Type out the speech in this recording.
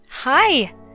Hi